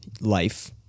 life